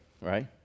right